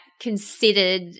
considered